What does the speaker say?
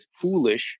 foolish